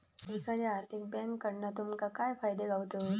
एखाद्या आर्थिक बँककडना तुमका काय फायदे गावतत?